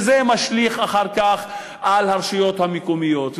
וזה משליך אחר כך על הרשויות המקומיות,